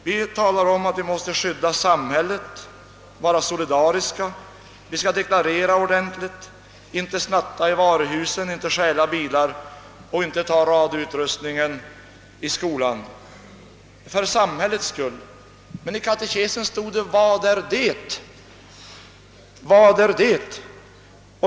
Vi talar om att vi måste skydda samhället, vi skall för samhällets skull vara solidariska, vi skall deklarera ordentligt, inte snatta i varuhusen, inte stjäla bilar och inte ta radioutrustningen i skolan. Men i katekesen stod det: Vad är det?